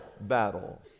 battle